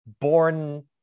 born